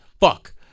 Fuck